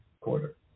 Quarter